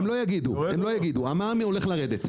הם לא יגידו, המע"מ הולך לרדת.